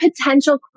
potential